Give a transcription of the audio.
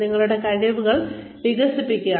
നിങ്ങളുടെ കഴിവുകൾ വികസിപ്പിക്കുക